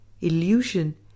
illusion